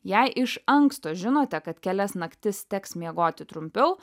jei iš anksto žinote kad kelias naktis teks miegoti trumpiau